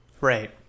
Right